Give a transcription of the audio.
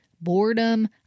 boredom